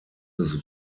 his